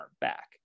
back